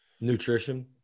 nutrition